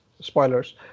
spoilers